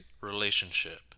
relationship